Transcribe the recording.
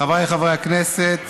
חבריי חברי הכנסת,